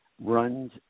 runs